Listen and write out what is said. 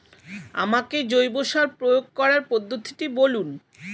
আমাকে জৈব সার প্রয়োগ করার পদ্ধতিটি বলুন?